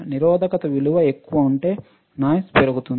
నిరోధక విలువ ఎక్కువగా ఉంటే నాయిస్ పెరుగుతుంది